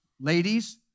Ladies